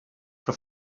però